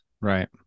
Right